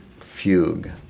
fugue